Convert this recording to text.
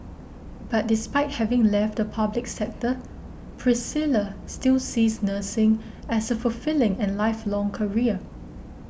but despite having left the public sector Priscilla still sees nursing as a fulfilling and lifelong career